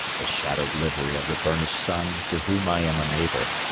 the shadow'd livery of the burnish'd sun, to whom i am a neighbour,